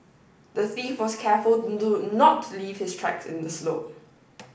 the thief was careful to not leave his tracks in the snow